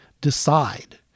Decide